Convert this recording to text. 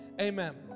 Amen